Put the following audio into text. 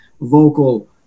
vocal